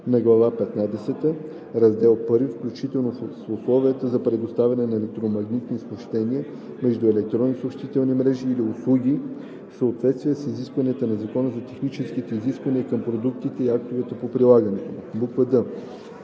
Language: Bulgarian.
петнадесета, раздел I, включително с условия за предотвратяване на електромагнитни смущения между електронни съобщителни мрежи или услуги в съответствие с изискванията на Закона за техническите изисквания към продуктите и актовете по прилагането му;